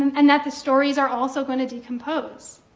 and that the stories are also going to decompose.